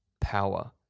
power